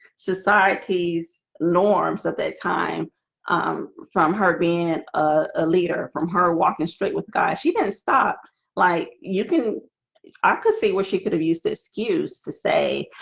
society's norms at that time from her being and a leader from her walking straight with god she doesn't stop like you can i could see where she could have used the excuse to say.